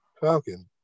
Falcon